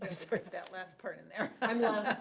i'm sorry, that last part in there. i'm